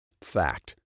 Fact